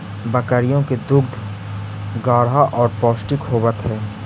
बकरियों के दूध गाढ़ा और पौष्टिक होवत हई